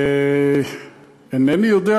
אינני יודע.